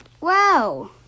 Wow